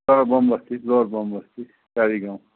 तल बमबस्ती लोवर बमबस्ती टारी गाउँ